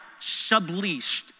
subleased